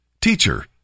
Teacher